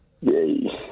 Yay